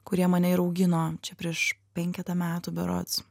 kurie mane ir augino čia prieš penketą metų berods